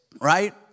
right